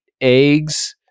eggs